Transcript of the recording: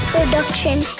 production